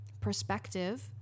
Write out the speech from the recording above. perspective